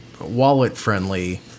wallet-friendly